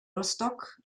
rostock